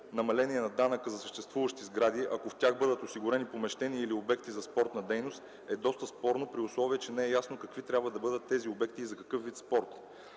намаление на данъка за съществуващи сгради, ако в тях бъдат осигурени помещения или обекти за спортна дейност, е доста спорно, при условие че не е ясно какви трябва да бъдат тези обекти и за какъв вид спорт.